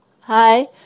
Hi